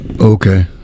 Okay